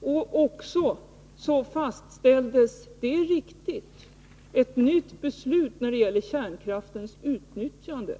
Det fattades också — det är riktigt — ett nytt beslut om kärnkraftens utnyttjande.